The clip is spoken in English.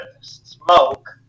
smoke